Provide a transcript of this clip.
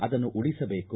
ಅದನ್ನು ಉಳಿಸಬೇಕು